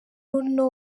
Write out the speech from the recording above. uno